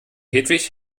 hedwig